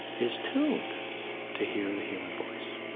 is tuned to hear the human voice.